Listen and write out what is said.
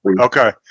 Okay